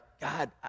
God